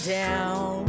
down